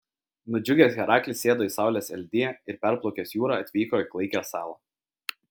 nudžiugęs heraklis sėdo į saulės eldiją ir perplaukęs jūrą atvyko į klaikią salą